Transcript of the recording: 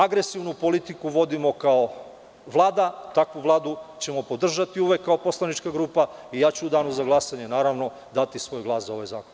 Agresivnu politiku vodimo kao Vlada, takvu Vladu ćemo podržati uvek kao poslanička grupa i u danu za glasanje ću dati svoj glas za ovaj zakon.